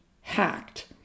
hacked